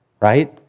right